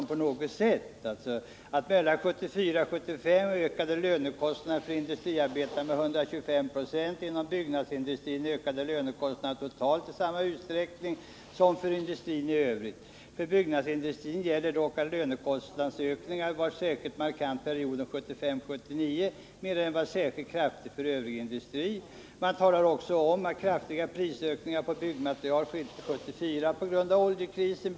SPK kom fram till att mellan 1974 och 1975 ökade lönekostnaderna för industriarbetare med 125 20. Inom byggnadsindustrin ökade lönekostnaden totalt i samma utsträckning som för industrin i övrigt. För byggnadsindustrin gäller dock att lönekostnadsökningar var särskilt markanta perioden 1975-1979, medan de var särskilt kraftiga för övrig industri 1974-1975. Man talar också om att kraftiga prisökningar på byggmaterial skedde 1974 på grund av oljekrisen.